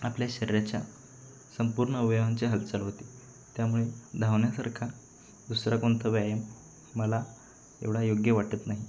आपल्या शरीराच्या संपूर्ण अवयवांची हालचाल होते त्यामुळे धावण्यासारखा दुसरा कोणता व्यायाम मला एवढा योग्य वाटत नाही